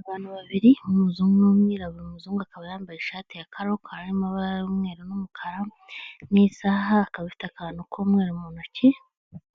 Abantu babiri uw'umuzungu n'umwirabura, umuzungu akaba yambaye ishati ya karokaro y' amabara y'umweru n'umukara, n'isaha, akaba afite akantu k'umweru mu ntoki,